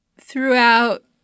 throughout